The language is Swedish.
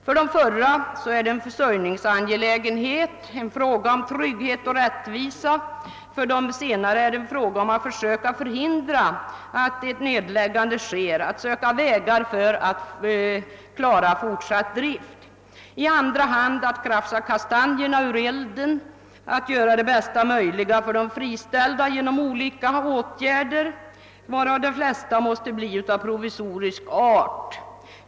För de förra är det en försörjningsangelägenhet, en fråga om trygghet och rättvisa, för de senare är det en fråga om att försöka förhindra att en nedläggning sker och att öppna vägar för att klara fortsatt drift. I andra hand gäller det att krafsa kastanjerna ur elden, att göra det bästa möjliga för de friställda genom olika åtgärder som i de flesta fall måste bli av provisorisk art.